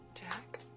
Jack